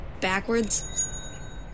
backwards